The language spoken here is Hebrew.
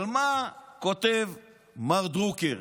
אבל מה כותב מר דרוקר?